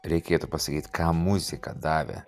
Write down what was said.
reikėtų pasakyt ką muzika davė